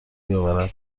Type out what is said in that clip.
بیاورند